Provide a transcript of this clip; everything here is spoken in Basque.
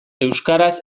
euskaraz